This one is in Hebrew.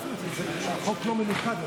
החוק לא מנוקד.